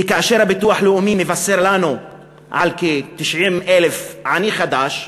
כאשר הביטוח הלאומי מבשר לנו על כ-90,000 עניים חדשים,